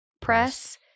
press